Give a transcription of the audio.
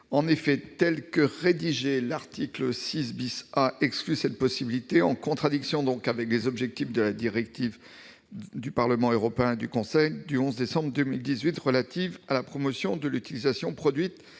En effet, tel que rédigé, l'article 6 A exclut cette possibilité, en contradiction avec les objectifs de la directive du Parlement européen et du Conseil du 11 décembre 2018 relative à la promotion de l'utilisation de